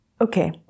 Okay